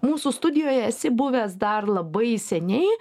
mūsų studijoje esi buvęs dar labai seniai